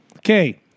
Okay